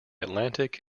atlantic